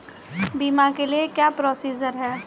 बीमा के लिए क्या क्या प्रोसीजर है?